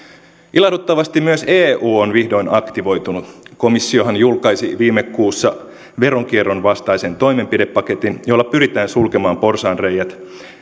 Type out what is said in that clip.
ilahduttavasti myös eu on vihdoin aktivoitunut komissiohan julkaisi viime kuussa veronkierron vastaisen toimenpidepaketin jolla pyritään sulkemaan porsaanreiät